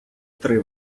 три